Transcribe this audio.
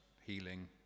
healing